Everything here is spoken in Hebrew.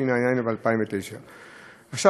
התש"ע 2009. עכשיו,